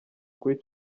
kuri